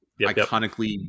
iconically